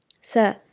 Sir